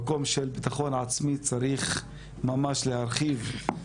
ממקום של ביטחון עצמי צריך ממש להרחיב.